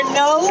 no